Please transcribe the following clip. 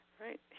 Right